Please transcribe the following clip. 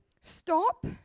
Stop